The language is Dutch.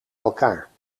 elkaar